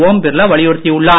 ஒம் பிர்லா வலியுறுத்தி உள்ளார்